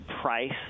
price